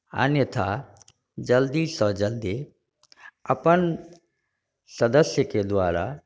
अन्यथा जल्दी सँ जल्दी अपन सदस्यके द्वारा